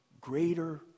greater